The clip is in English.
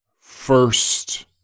first